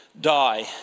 die